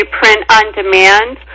print-on-demand